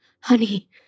honey